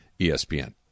ESPN